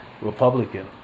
Republican